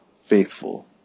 faithful